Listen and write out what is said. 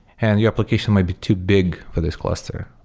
and your application might be too big for this cluster.